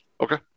Okay